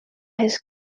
his